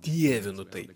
dievinu tai